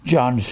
John